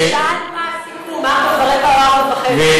ושאל מה הסיכום, 04:15 או 04:30?